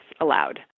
allowed